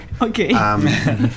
Okay